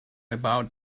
about